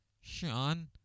Sean